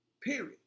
period